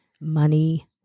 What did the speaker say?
money